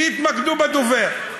שיתמקדו בדובר,